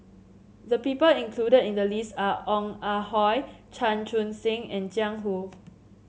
the people included in the list are Ong Ah Hoi Chan Chun Sing and Jiang Hu